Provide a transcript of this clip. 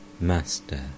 Master